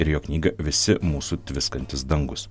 ir jo knygą visi mūsų tviskantys dangūs